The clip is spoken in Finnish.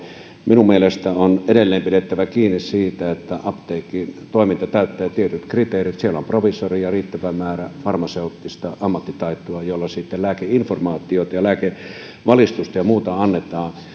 minun mielestäni on edelleen pidettävä kiinni siitä että apteekkitoiminta täyttää tietyt kriteerit siellä on proviisoreja riittävä määrä farmaseuttista ammattitaitoa jolla sitten lääkeinformaatiota ja lääkevalistusta ja muuta annetaan